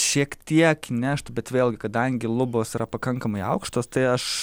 šiek tiek įneštų bet vėlgi kadangi lubos yra pakankamai aukštos tai aš